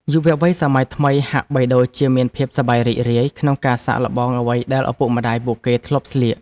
យុវវ័យសម័យថ្មីហាក់បីដូចជាមានភាពសប្បាយរីករាយក្នុងការសាកល្បងអ្វីដែលឪពុកម្តាយពួកគេធ្លាប់ស្លៀក។